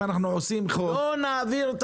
אם אנחנו עושים חוק -- לא נעביר את